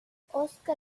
oscar